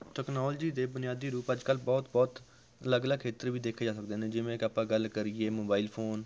technology ਦੇ ਬੁਨਿਆਦੀ ਰੂਪ ਅੱਜ ਕੱਲ੍ਹ ਬਹੁਤ ਬਹੁਤ ਅਲੱਗ ਅਲੱਗ ਖੇਤਰ ਵਿੱਚ ਦੇਖੇ ਜਾ ਸਕਦੇ ਨੇ ਜਿਵੇਂ ਕਿ ਆਪਾਂ ਗੱਲ ਕਰੀਏ ਮੇੋਬਾਇਲ ਫ਼ੋਨ